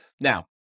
Now